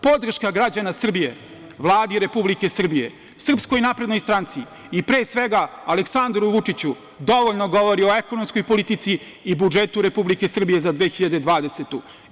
Podrška građana Srbije, Vladi Republike Srbije, SNS i pre svega Aleksandru Vučiću, dovoljno govori o ekonomskoj politici i budžetu Republike Srbije za 2020. godinu.